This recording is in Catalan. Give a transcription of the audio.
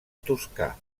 toscà